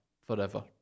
forever